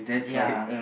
ya